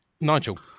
Nigel